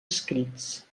escrits